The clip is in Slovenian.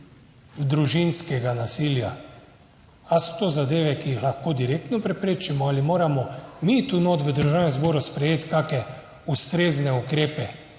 in družinskega nasilja. Ali so to zadeve, ki jih lahko direktno preprečimo ali moramo mi tu notri v Državnem zboru sprejeti kakšne ustrezne ukrepe,